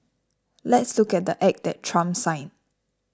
let's look at the Act that Trump signed